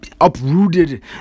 uprooted